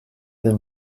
been